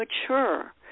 mature